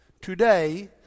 today